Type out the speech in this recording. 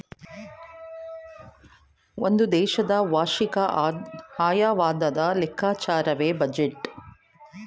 ಒಂದು ದೇಶದ ವಾರ್ಷಿಕ ಆಯವ್ಯಯದ ಲೆಕ್ಕಾಚಾರವೇ ಬಜೆಟ್